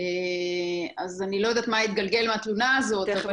אני לא יודעת מה התגלגל מהתלונה הזאת.